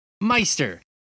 Meister